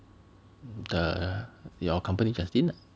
the your company Justina